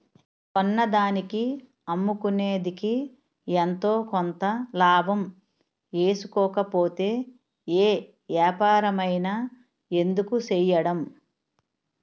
కొన్నదానికి అమ్ముకునేదికి ఎంతో కొంత లాభం ఏసుకోకపోతే ఏ ఏపారమైన ఎందుకు సెయ్యడం?